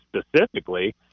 specifically